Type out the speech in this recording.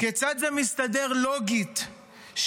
כיצד זה מסתדר לוגית,